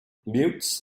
mutes